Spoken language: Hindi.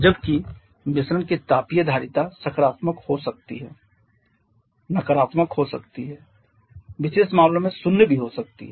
जबकि मिश्रण की तापीय धारिता सकारात्मक हो सकती है नकारात्मक हो सकती है विशेष मामलों में शून्य भी हो सकती है